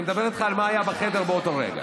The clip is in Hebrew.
אני מדבר איתך על מה היה בחדר באותו רגע.